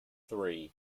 three